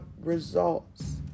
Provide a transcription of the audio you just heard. results